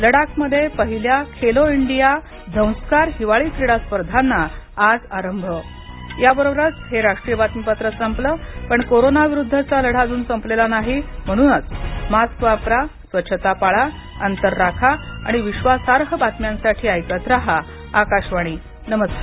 लडाखमध्ये पहिल्या खेलो इंडिया झंस्कार हिवाळी क्रीडा स्पर्धांना आज आरंभ याबरोबरच हे राष्ट्रीय बातमीपत्र संपलं पण कोरोना विरुद्धचा लढा अजून संपलेला नाही म्हणूनच मास्क वापरा स्वच्छता पाळा अंतर राखा आणि विश्वासार्ह बातम्यांसाठी ऐकत रहा आकाशवाणी नमस्कार